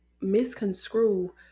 misconstrue